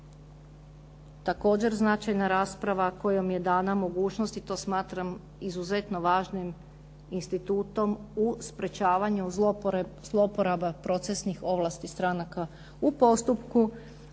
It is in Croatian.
također značajna rasprava kojom je dana mogućnost i to smatram izuzetno važnim institutom u sprječavanju zlouporabe procesnih ovlasti stranaka u postupku,